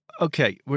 Okay